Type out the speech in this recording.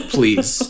Please